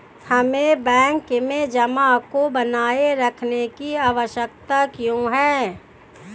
हमें बैंक में जमा को बनाए रखने की आवश्यकता क्यों है?